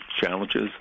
challenges